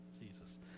Jesus